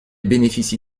bénéficie